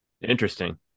Interesting